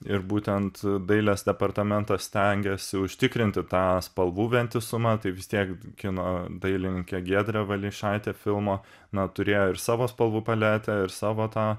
ir būtent dailės departamentas stengiasi užtikrinti tą spalvų vientisumą tai vis tiek kino dailininkė giedrė valeišaitė filmo na turėjo ir savo spalvų paletę ir savo tą